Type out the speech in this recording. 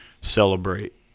celebrate